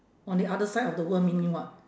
on the other side of the world meaning what